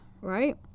right